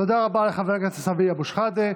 תודה רבה לחבר הכנסת סמי אבו שחאדה.